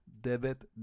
debit